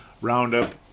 roundup